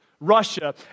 Russia